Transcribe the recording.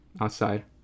outside